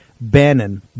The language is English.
Bannon